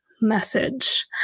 message